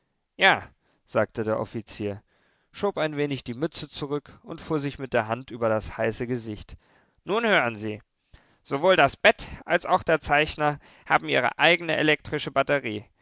ja sagte der offizier schob ein wenig die mütze zurück und fuhr sich mit der hand über das heiße gesicht nun hören sie sowohl das bett als auch der zeichner haben ihre eigene elektrische batterie